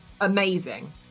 amazing